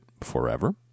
forever